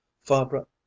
fabre